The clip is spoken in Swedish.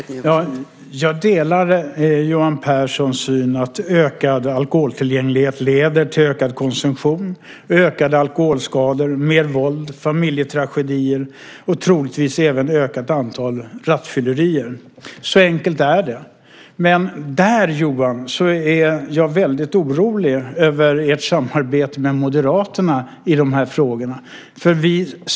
Fru talman! Jag delar Johan Pehrsons syn här, att ökad alkoholtillgänglighet leder till ökad konsumtion, ökade alkoholskador, mer våld, familjetragedier och troligtvis även ett ökat antal rattfyllerier - så enkelt är det. Men, Johan, jag är väldigt orolig över ert samarbete med Moderaterna i de här frågorna.